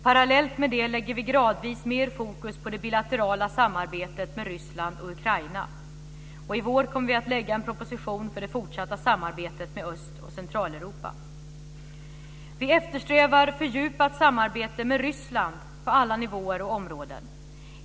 Parallellt med det lägger vi gradvis mer fokus på det bilaterala samarbetet med Ryssland och Ukraina. I vår kommer vi att lägga fram en proposition för det fortsatta samarbetet med Öst och Centraleuropa. Vi eftersträvar fördjupat samarbete med Ryssland på alla nivåer och områden.